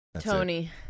Tony